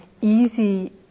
easy